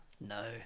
No